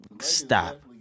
Stop